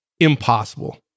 impossible